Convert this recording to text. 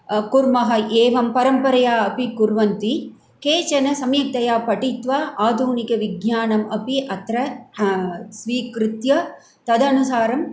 कुर्मः एवं परम्परया अपि कुर्वन्ति केचन सम्यक्तया पठित्वा आधुनिकविज्ञानम् अपि अत्र स्वीकृत्य तदनुसारं